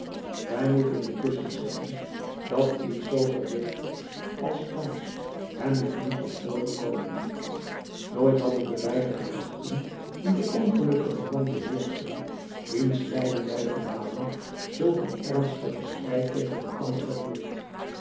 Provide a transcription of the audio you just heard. wij moeten intusschen zeggen dat iets zoo gewichtigs als thans hem nog niet was voorgekomen nooit hadden de beide gedachten die den ongelukkigen man beheerschten wiens lijden wij verhalen zulk een ernstigen strijd tegen elkander gevoerd